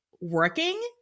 working